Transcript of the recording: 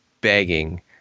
begging